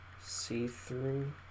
see-through